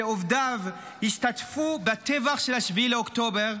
שעובדיו השתתפו בטבח של 7 באוקטובר,